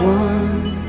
one